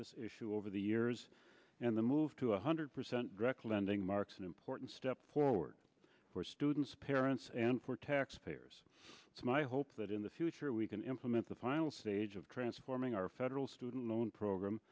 this issue over the years and the move to one hundred percent direct lending marks an important step forward for students parents and for taxpayers it's my hope that in the future we can implement the final stage of transforming our federal student loan program